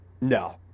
No